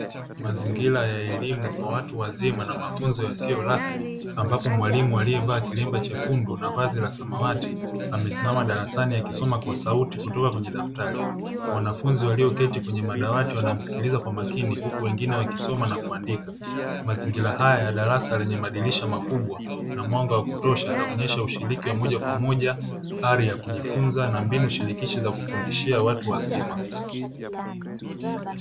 Mazingira ya elimu kwa watu wazima na mafunzo yasiyo rasmi, ambapo mwalimu aliyevaa kilemba chekundu na vazi la samawati amesimama darasani akisoma kwa sauti kutoka kwenye daftari. Wanafunzi walioketi kwenye madawati wanamsikiliza kwa makini huku wengine wakisoma na kuandika. Mazingira haya ya darasa lenye madirisha makubwa na mwanga wa kutosha, yanaonyesha ushiriki wa moja kwa moja ari ya kujifunza na mbinu shirikishi za kufundishia watu wazima.